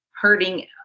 hurting